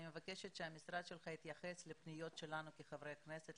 אני מבקשת שהמשרד שלך יתייחס לפניות שלנו כחברי כנסת,